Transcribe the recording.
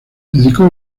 dedicó